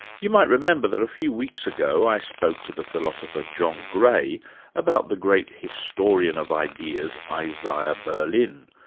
you might remember that a few weeks ago i spoke to the philosopher john gray about the great historian of ideas, isaiah berlin,